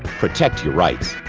protect your rights.